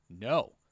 No